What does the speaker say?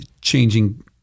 changing